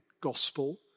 gospel